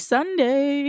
Sunday